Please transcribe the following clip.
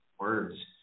words